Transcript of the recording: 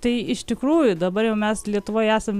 tai iš tikrųjų dabar jau mes lietuvoj esam